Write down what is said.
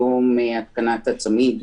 אני רק אציין לגבי מנגנון ההחזרה,